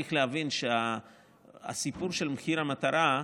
צריך להבין שהסיפור של מחיר המטרה,